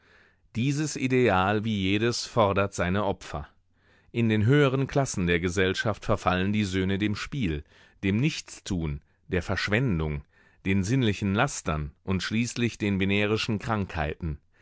dieses ideal wie jedes fordert seine opfer in den höheren klassen der gesellschaft verfallen die söhne dem spiel dem nichtstun der verschwendung den sinnlichen lastern und schließlich den venerischen krankheiten